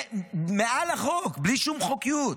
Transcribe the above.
מעל החוק, בלי שום חוקיות.